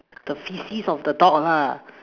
the faeces of the dog ha